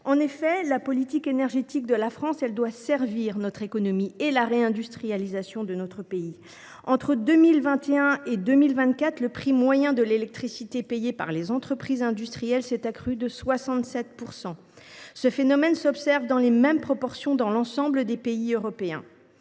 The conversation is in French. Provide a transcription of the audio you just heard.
En effet, la politique énergétique doit servir notre économie et la réindustrialisation de notre pays. Entre 2021 et 2024, le prix moyen de l’électricité payé par les entreprises industrielles s’est accru de 67 %. Ce phénomène s’observe dans les mêmes proportions dans l’ensemble des pays européens.